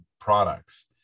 products